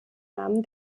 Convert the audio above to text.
namen